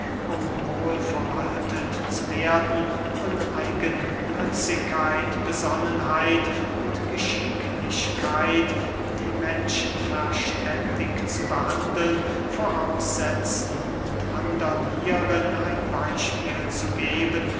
um wohl verwaltet zu werden uneigennützigkeit besonnenheit und geschicklichkeit die menschen verständig zu behandeln voraussetzen und andern hierin ein beyspiel zu geben